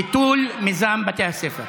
ביטול מיזם בתי הספר.